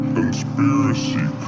Conspiracy